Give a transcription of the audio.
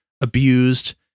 abused